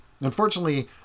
Unfortunately